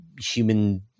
human